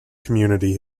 community